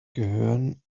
gehören